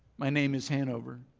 my name is hanover.